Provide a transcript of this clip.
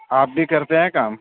آپ بھی کرتے ہیں کام